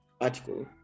article